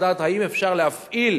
לדעת אם אפשר להפעיל